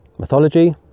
mythology